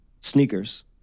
Sneakers